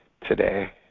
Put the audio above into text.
today